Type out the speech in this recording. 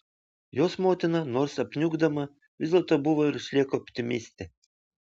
jos motina nors apniukdama vis dėlto buvo ir išlieka optimistė